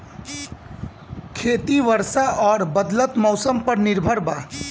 खेती वर्षा और बदलत मौसम पर निर्भर बा